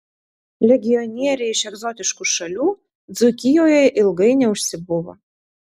legionieriai iš egzotiškų šalių dzūkijoje ilgai neužsibuvo